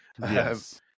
Yes